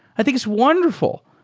i think it's wonderful,